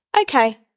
okay